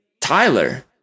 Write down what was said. Tyler